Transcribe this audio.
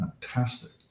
fantastic